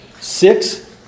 Six